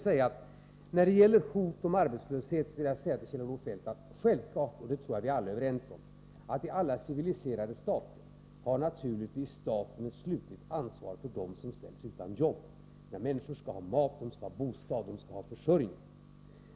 Men när det gäller hot om arbetslöshet vill jag ändå säga till Kjell-Olof Feldt att självfallet — och det tror jag vi alla är överens om — är det så att i alla civiliserade länder har staten ett slutligt ansvar för dem som ställs utan jobb. Människor skall ha mat, de skall ha bostad, de skall ha försörjning.